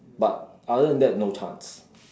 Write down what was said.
but other than that no chance